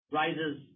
rises